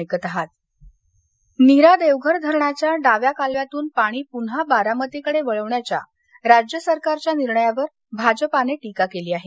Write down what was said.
नीरा कालवा बारामती नीरा देवघर धरणाच्या डाव्या कालव्यातून पाणी पून्हा बारामतीकडे वळवण्याच्या राज्य सरकारच्या निर्णयावर भाजपाने टीका केली आहे